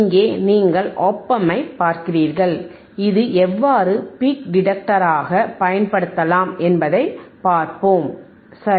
இங்கே நீங்கள் op amp ஐப் பார்ப்பீர்கள் இது எவ்வாறு பீக் டிடெக்டர் ஆக பயன்படுத்தப்படலாம் என்பதை பார்ப்போம்சரி